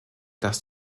dass